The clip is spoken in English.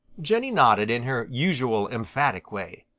jenny nodded in her usual emphatic way.